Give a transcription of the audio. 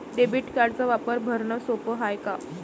Debit कार्डचा वापर भरनं सोप हाय का?